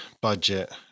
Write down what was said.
budget